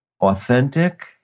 authentic